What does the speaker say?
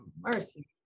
mercy